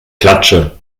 klatsche